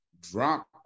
drop